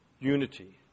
Unity